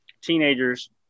teenagers